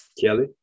Kelly